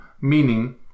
Meaning